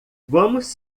vamos